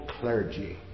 clergy